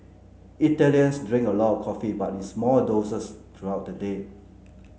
Italians drink a lot of coffee but in small doses throughout the day